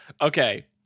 Okay